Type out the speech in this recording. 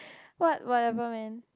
what whatever man